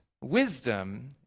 wisdom